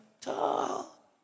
tall